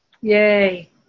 Yay